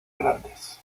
grandes